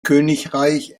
königreich